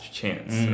chance